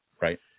right